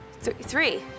Three